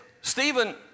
Stephen